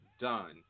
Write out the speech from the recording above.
done